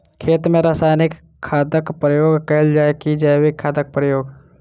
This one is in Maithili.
खेत मे रासायनिक खादक प्रयोग कैल जाय की जैविक खादक प्रयोग?